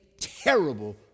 terrible